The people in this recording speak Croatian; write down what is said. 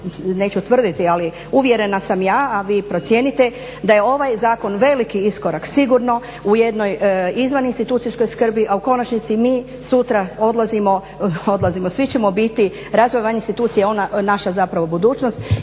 neću tvrditi ali uvjerena sam ja, a vi procijenite, da je ovaj zakon veliki iskorak sigurno u jednoj izvaninstitucijskoj skrbi a u konačnici mi sutra odlazimo, svi ćemo biti, razvoj ove institucije ona naša zapravo budućnost